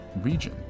region